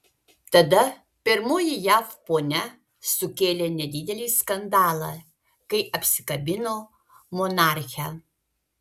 tada pirmoji jav ponia sukėlė nedidelį skandalą kai apsikabino monarchę